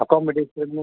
அக்காமடேஷன்னு